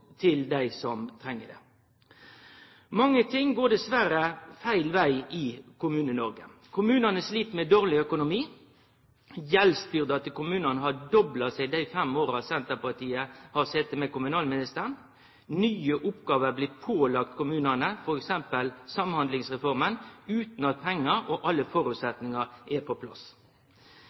til alle som treng det. Mange ting går dessverre feil veg i Kommune-Noreg. Kommunane slit med dårleg økonomi. Gjeldsbyrda til kommunane har dobla seg dei fem åra Senterpartiet har sete med kommunalministeren. Nye oppgåver blir pålagde kommunane, f.eks. Samhandlingsreforma, utan at pengar og alle føresetnader er på plass.